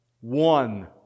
One